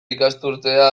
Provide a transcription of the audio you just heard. ikasturtea